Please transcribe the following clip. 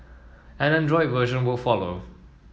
an Android version will follow